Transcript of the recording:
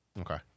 Okay